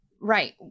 Right